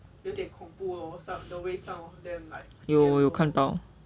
有我有看到